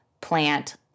plant